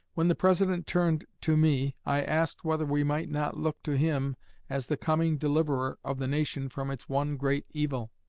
when the president turned to me, i asked whether we might not look to him as the coming deliverer of the nation from its one great evil?